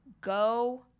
go